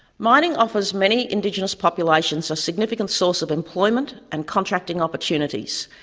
mining offers many indigenous populations a significant source of employment and contracting opportunities,